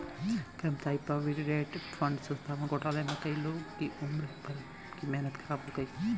कर्मचारी provident fund संस्था के घोटाले में कई लोगों की उम्र भर की मेहनत ख़राब हो गयी